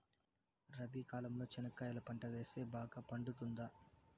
రబి కాలంలో చెనక్కాయలు పంట వేస్తే బాగా పండుతుందా?